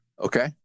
Okay